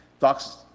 talks